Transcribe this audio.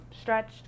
stretched